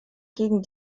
gegen